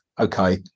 okay